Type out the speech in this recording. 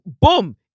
Boom